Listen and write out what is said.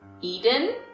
Eden